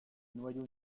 noyau